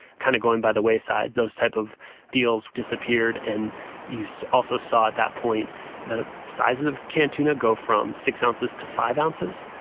kind of going by the wayside. those type of deals disappeared. and you so also saw at that point the sizes of canned tuna go from six ounces to five ounces.